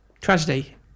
Tragedy